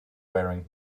wearing